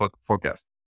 forecast